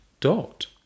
dot